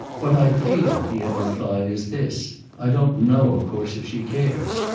what i feel, he had replied, is this i don't know, of course, if she cares.